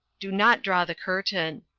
do not draw the curtain.